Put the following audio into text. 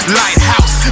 lighthouse